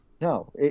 No